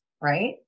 right